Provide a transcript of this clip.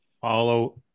follow